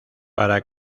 para